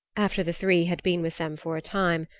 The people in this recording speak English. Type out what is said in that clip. after the three had been with them for a time,